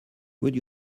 would